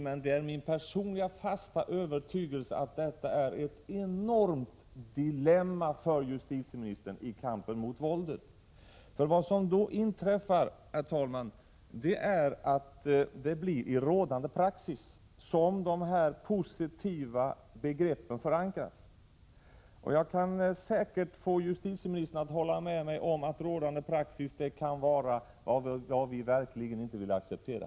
Men det är min personliga fasta övertygelse att detta är ett enormt dilemma för justitieministern i kampen mot våldet. För vad som då inträffar, herr talman, är att det blir i rådande praxis som dessa positiva begrepp förankras. Jag kan säkert få justitieministern att hålla med mig om att rådande praxis kan vara något som vi verkligen inte vill acceptera.